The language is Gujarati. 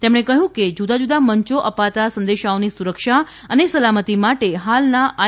તેમણે કહ્યું કે જુદા જુદા મંચો અપાતા સંદેશાઓની સુરક્ષા અને સલામતી માટે હાલના આઈ